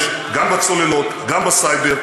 גם ב-F-35, גם בצוללות, גם בסייבר.